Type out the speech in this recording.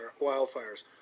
wildfires